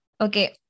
okay